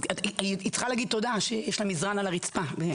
אז היא צריכה להגיד תודה שיש לה מזרון על הרצפה.